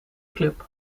club